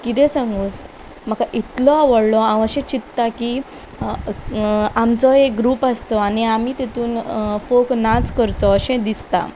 कितें सांगू म्हाका इतलो आवडलो हांव अशें चिंत्ता की आमचो एक ग्रूप आसचो आनी आमी तातून फोक नाच करचो अशें दिसता